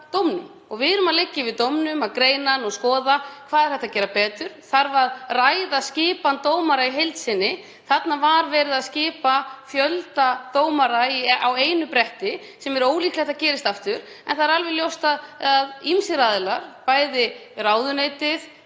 og við liggjum yfir honum, að greina og skoða hvað hægt er að gera betur. Þarf að ræða skipan dómara í heild sinni? Þarna var verið að skipa fjölda dómara á einu bretti, sem er ólíklegt að gerist aftur. En það er alveg ljóst að ýmsir aðilar, ráðuneytið,